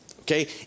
Okay